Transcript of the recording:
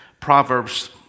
Proverbs